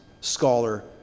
scholar